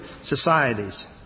societies